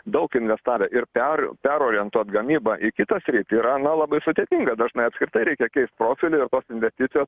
daug investavę ir per perorientuot gamybą į kitą sritį yra na labai sudėtinga dažnai apskritai reikia keist profilį ir tos investicijos